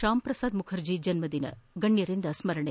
ಶ್ವಾಮ್ ಪ್ರಸಾದ್ ಮುಖರ್ಜಿ ಜನ್ನದಿನ ಗಣ್ನರಿಂದ ಸ್ನರಣೆ